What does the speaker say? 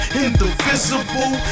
indivisible